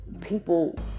People